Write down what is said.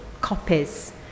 copies